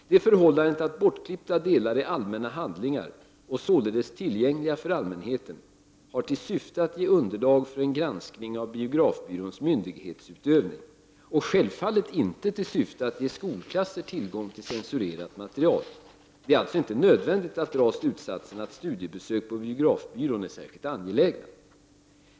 Det förhållandet att bortklippta delar är allmänna handlingar och således tillgängliga för allmänheten har till syfte att ge underlag för en granskning av biografbyråns myndighetsutövning; de har självfallet inte till syfte att ge skolklasser tillgång till censurerat material. Det är alltså inte nödvändigt att dra slutsatsen att studiebesök på biografbyrån är särskilt angelägna.